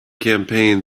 campaign